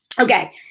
okay